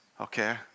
Okay